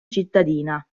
cittadina